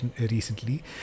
recently